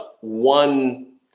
one